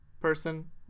person